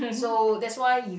so that's why